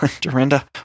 Dorinda